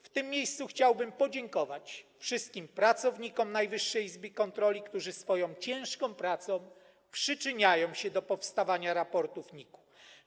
W tym miejscu chciałbym podziękować wszystkim pracownikom Najwyższej Izby Kontroli, którzy swoją ciężką pracą przyczyniają się do powstawania raportów NIK-u.